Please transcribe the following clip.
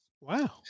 Wow